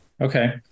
Okay